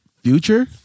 future